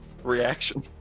Reaction